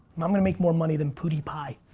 i'm gonna make more money than pewdiepie.